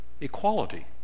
equality